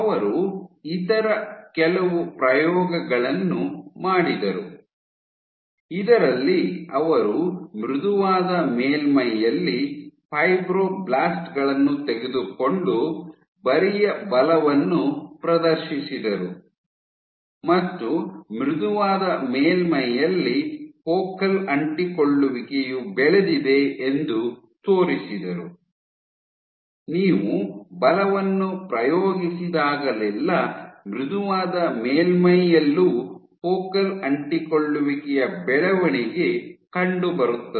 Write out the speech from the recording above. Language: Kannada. ಅವರು ಇತರ ಕೆಲವು ಪ್ರಯೋಗಗಳನ್ನು ಮಾಡಿದರು ಇದರಲ್ಲಿ ಅವರು ಮೃದುವಾದ ಮೇಲ್ಮೈಯಲ್ಲಿ ಫೈಬ್ರೊಬ್ಲಾಸ್ಟ್ ಗಳನ್ನು ತೆಗೆದುಕೊಂಡು ಬರಿಯ ಬಲವನ್ನು ಪ್ರಯೋಗಿಸಿದರು ಮತ್ತು ಮೃದುವಾದ ಮೇಲ್ಮೈಯಲ್ಲಿ ಫೋಕಲ್ ಅಂಟಿಕೊಳ್ಳುವಿಕೆಯು ಬೆಳೆದಿದೆ ಎಂದು ತೋರಿಸಿದರು ನೀವು ಬಲವನ್ನು ಪ್ರಯೋಗಿಸಿದಾಗಲೆಲ್ಲಾ ಮೃದುವಾದ ಮೇಲ್ಮೈಯಲ್ಲಿಯೂ ಫೋಕಲ್ ಅಂಟಿಕೊಳ್ಳುವಿಕೆಯ ಬೆಳವಣಿಗೆ ಕಂಡುಬರುತ್ತದೆ